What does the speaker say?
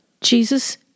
Jesus